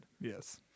Yes